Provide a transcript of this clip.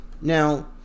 Now